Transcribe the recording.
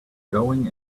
going